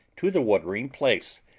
to the watering-place,